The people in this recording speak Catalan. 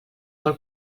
vol